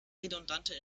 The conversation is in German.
redundante